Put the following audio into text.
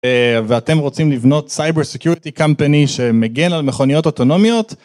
ואתם רוצים לבנות סייבר סקיורטי קאמפני שמגן על מכוניות אוטונומיות?